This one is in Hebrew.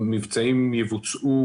מבצעי החיסון יבוצעו